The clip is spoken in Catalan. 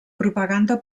propaganda